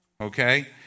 okay